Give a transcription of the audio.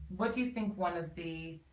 what do you think one of the